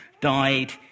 died